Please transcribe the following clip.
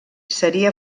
seria